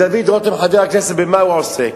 דוד רותם, חבר הכנסת, במה הוא עוסק?